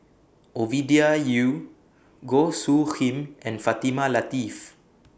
Ovidia Yu Goh Soo Khim and Fatimah Lateef